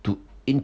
to in~